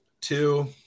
Two